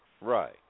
Right